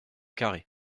carré